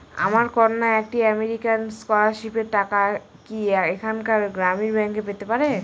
আমার কন্যা একটি আমেরিকান স্কলারশিপের টাকা কি এখানকার গ্রামীণ ব্যাংকে পেতে পারে?